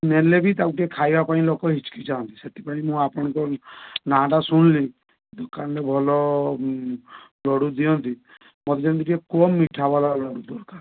ନେଲେ ବି ତାକୁ ଟିକେ ଖାଇବା ପାଇଁ ଲୋକ ହିଚକିଚାନ୍ତି ସେଥିପାଇଁ ମୁଁ ଆପଣଙ୍କ ନାଁଟା ଶୁଣିଲି ଦୋକାନରେ ଭଲ ଲଡ଼ୁ ଦିଅନ୍ତି ମୋତେ ଯେମିତି ଟିକେ କମ୍ ମିଠା ବାଲା ଲଡ଼ୁ ଦରକାର